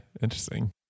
interesting